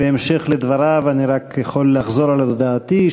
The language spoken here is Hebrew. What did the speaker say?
בהמשך לדבריו אני רק יכול לחזור על הודעתי,